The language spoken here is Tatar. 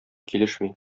килешми